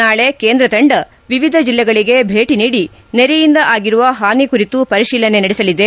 ನಾಳೆ ಕೇಂದ್ರ ತಂಡ ವಿವಿಧ ಜಿಲ್ಲೆಗಳಿಗೆ ಭೇಟಿ ನೀಡಿ ನೆರೆಯಿಂದ ಆಗಿರುವ ಹಾನಿ ಕುರಿತು ಪರಿಶೀಲನೆ ನಡೆಸಲಿದೆ